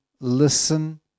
listen